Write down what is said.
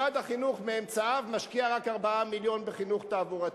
משרד החינוך מאמצעיו משקיע רק 4 מיליון בחינוך תעבורתי,